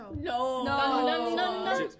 No